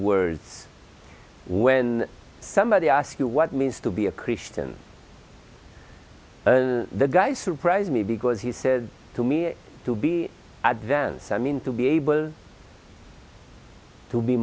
words when somebody ask you what it means to be a christian the guy surprised me because he said to me to be advents i mean to be able to be